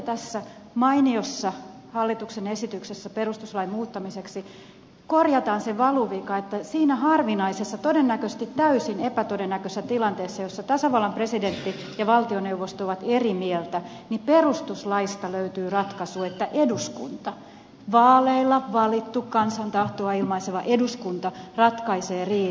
tässä mainiossa hallituksen esityksessä perustuslain muuttamiseksi korjataan se valuvika että siinä harvinaisessa todennäköisesti täysin epätodennäköisessä tilanteessa jossa tasavallan presidentti ja valtioneuvosto ovat eri mieltä perustuslaista löytyy ratkaisu että eduskunta vaaleilla valittu kansan tahtoa ilmaiseva eduskunta ratkaisee riidan